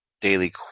Daily